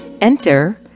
Enter